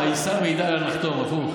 העיסה מעידה על הנחתום, הפוך.